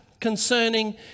concerning